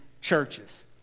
churches